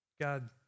God